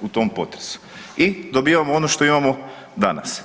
u tom potresu i dobivamo ono što imamo danas.